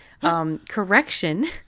correction